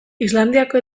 islandiako